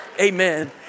amen